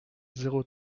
zéro